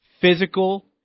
Physical